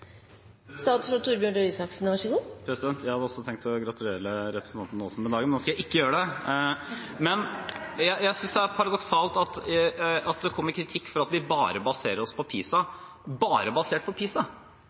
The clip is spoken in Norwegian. Jeg hadde også tenkt å gratulere representanten Aasen med dagen, men nå skal jeg ikke gjøre det! Jeg synes det er paradoksalt at det kommer kritikk for at vi bare baserer oss på PISA, bare basert på PISA?